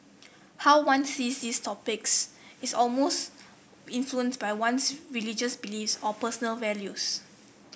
how one sees these topics is almost influenced by one's religious beliefs or personal values